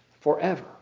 forever